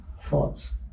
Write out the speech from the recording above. thoughts